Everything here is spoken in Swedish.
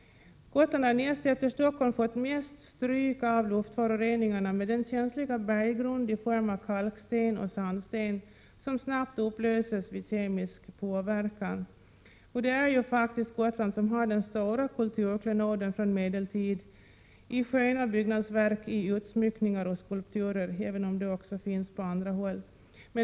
Gotland har — med sin känsliga berggrund i form av kalksten och sandsten som snabbt upplöses vid kemisk påverkan — näst efter Stockhom fått mest stryk av luftföroreningarna. Och det är ju faktiskt Gotland som har den stora kulturklenoden från medeltid i sköna byggnadsverk, i utsmyckningar och skulpturer, även om sådana finns också på andra håll.